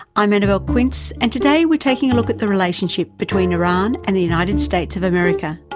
i'm annabelle quince and today we're taking a look at the relationship between iran and the united states of america.